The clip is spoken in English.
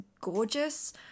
gorgeous